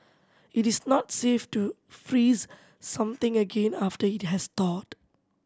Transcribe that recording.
it is not safe to freeze something again after it has thawed